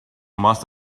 must